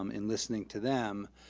um in listening to them,